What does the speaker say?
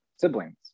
siblings